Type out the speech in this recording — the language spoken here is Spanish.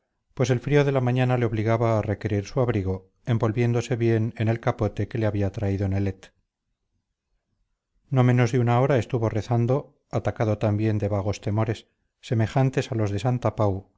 pues el frío de la mañana le obligaba a requerir su abrigo envolviéndose bien en el capote que le había traído nelet no menos de una hora estuvo rezando atacado también de vagos temores semejantes a los de santapau y